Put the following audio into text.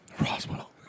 Roswell